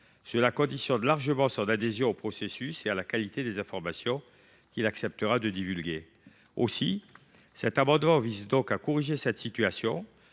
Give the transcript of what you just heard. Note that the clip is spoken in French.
Cela conditionne largement son adhésion au processus et la qualité des informations qu’il acceptera de divulguer. Cet abandonnement vise donc à corriger la situation